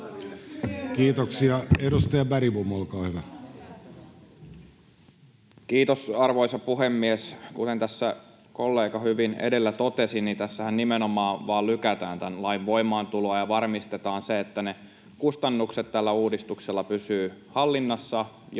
Time: 14:28 Content: Kiitos, arvoisa puhemies! Kuten tässä kollega hyvin edellä totesi, tässähän nimenomaan vain lykätään tämän lain voimaantuloa ja varmistetaan se, että ne kustannukset tällä uudistuksella pysyvät hallinnassa,